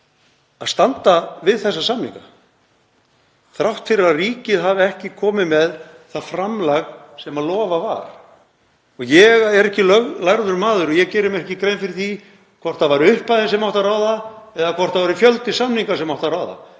að standa við þessa samninga þrátt fyrir að ríkið hafi ekki komið með það framlag sem lofað var. Ég er ekki löglærður maður og ég geri mér ekki grein fyrir því hvort það var upphæðin sem átti að ráða eða hvort það var fjöldi samninga sem átti að ráða.